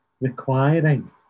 requiring